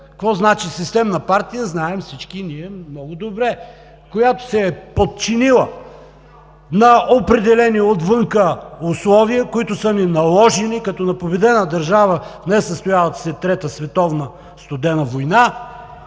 Какво значи системна партия всички ние знаем много добре, която се е подчинила на определени отвън условия, които са ни наложени като на победена държава в несъстоялата се трета световна студена война